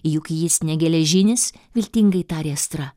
juk jis ne geležinis viltingai tarė astra